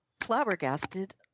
flabbergasted